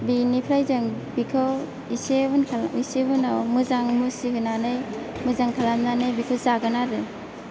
बिनिफ्राय जों बेखौ एसे उनखा एसे उनाव मोजां मुसि होनानै मोजां खालामनानै बेखौ जागोन आरो